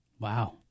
Wow